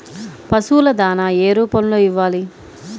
పశువుల దాణా ఏ రూపంలో ఇవ్వాలి?